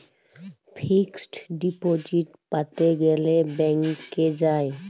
fixed deposit প্যাতে গ্যালে ব্যাংকে যায়